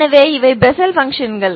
எனவே இவை பெசல் பங்க்ஷன்கள்